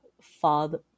father